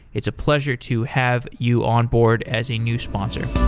it's a pleasure to have you onboard as a new sponsor